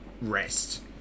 rest